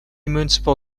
municipal